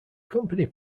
company